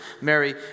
Mary